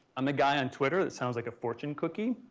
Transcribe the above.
i'm the guy on twitter that sounds like a fortune cookie.